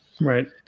Right